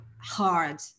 hard